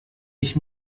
ich